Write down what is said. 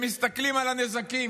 הם מסתכלים על הנזקים.